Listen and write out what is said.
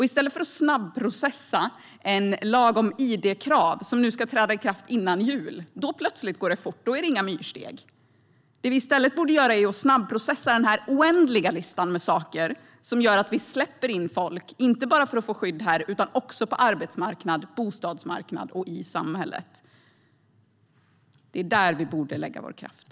I stället för att snabbprocessa en lag om id-krav, som nu ska träda i kraft före jul - då plötsligt går det fort, då är det inga myrsteg - borde vi snabbprocessa den oändliga listan med saker som gör att vi släpper in folk, inte bara för att få skydd här utan också släpper in dem på arbetsmarknaden och bostadsmarknaden och i samhället. Det är där vi borde lägga vår kraft.